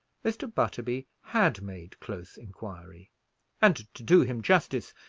mr. butterby had made close inquiry and, to do him justice,